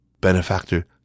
Benefactor